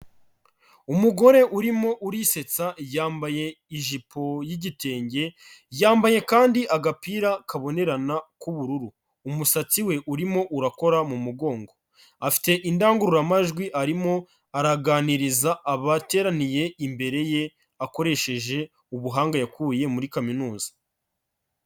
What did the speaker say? Umugore urimo urisetsa yambaye ijipo y'igitenge, yambaye kandi agapira kabonerana k'ubururu. Umusatsi we urimo urakora mu mugongo. Afite indangururamajwi arimo araganiriza abateraniye imbere ye akoresheje ubuhanga yakuye muri kaminuza.